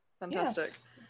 Fantastic